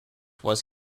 was